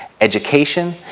Education